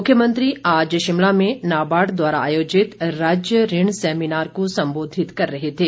मुख्यमंत्री आज शिमला में नाबार्ड द्वारा आयोजित राज्य ऋण सैमीनार को संबोधित कर रहे थे